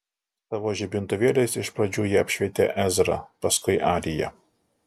savo žibintuvėliais iš pradžių jie apšvietė ezrą paskui ariją